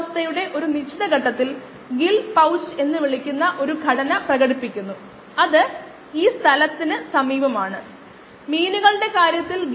അതേ സാഹചര്യങ്ങളിൽ കോശങ്ങളുടെ സാന്ദ്രത അതിന്റെ യഥാർത്ഥ മൂല്യത്തിന്റെ 0